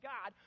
God